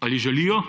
ali želijo,